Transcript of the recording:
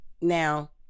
now